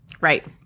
Right